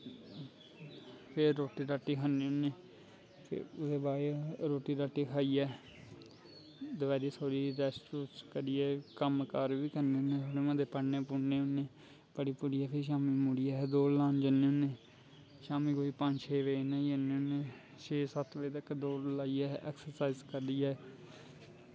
फिर रोटी रट्टी खन्ने होनें ओह्दै बाद रुट्टी रट्टी खाईये दपैह्री रैस्ट रुस्ट करियै कम्म घर बी करनें होने शाम्मी लै पढ़नें पुढ़नें बी होनें फिर पढ़ू पुढ़ियै शाम्मी अस दौड़ लान जन्ने होनें शामी कोई पंज छे बज़े जन्ने होनें छे सत्त बज़े तक दौड़ लाईयै ऐक्सर्साईज़ करियै